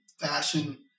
fashion